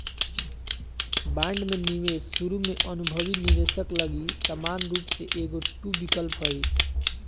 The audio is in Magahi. बांड में निवेश शुरु में अनुभवी निवेशक लगी समान रूप से एगो टू विकल्प हइ